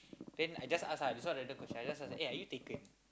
then I just ask ah this one random question I just ask eh are you taken